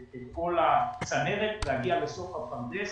הצנרת, להגיע לסוף הפרדס